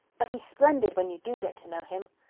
but he's splendid when you do get to know him.